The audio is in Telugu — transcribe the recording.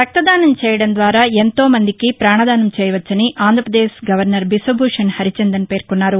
రక్తదానం చేయడం ద్వారా ఎంతో మందికి ప్రాణదానం చేయవచ్చని ఆంధ్రపదేశ్ గవర్నర్ బిశ్వభూషణ్ హరిచందన్ పేర్శొన్నారు